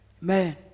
Man